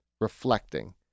reflecting